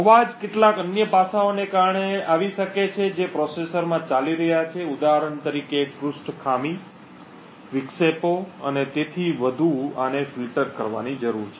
અવાજ કેટલાક અન્ય પાસાઓને કારણે આવી શકે છે જે પ્રોસેસરમાં ચાલી રહ્યાં છે ઉદાહરણ તરીકે એક પૃષ્ઠ ખામી વિક્ષેપો અને તેથી વધુ અને આને ફિલ્ટર કરવાની જરૂર છે